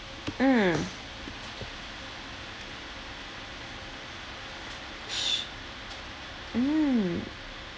mm sh~ mm